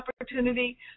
opportunity